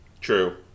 True